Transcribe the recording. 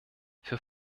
für